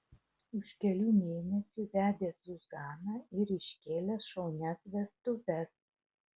už kelių mėnesių vedė zuzaną ir iškėlė šaunias vestuves